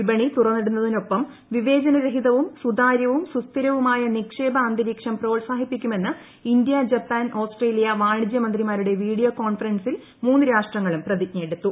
വിപണി തുറന്നിടുന്നതിനൊപ്പം വിവേചനരഹിതവും സുതാര്യവും സുസ്ഥിരവുമായ നിക്ഷേപ അന്തരീക്ഷം പ്രോത്സാഹിപ്പിക്കുമെന്ന് ഇന്ത്യ ജപ്പാൻ ഓസ്ട്രേലിയ വാണിജ്യ മന്ത്രിമാരുടെ വീഡിയോ കോൺഫറൻസിൽ മൂന്നു രാഷ്ട്രങ്ങളും പ്രതിജ്ഞയെടുത്തു